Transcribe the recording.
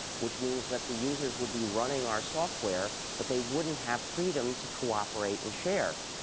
which means that the users would be running our software, but they wouldn't have freedom to cooperate and share.